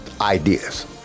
ideas